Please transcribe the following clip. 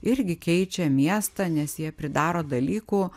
irgi keičia miestą nes jie pridaro dalykų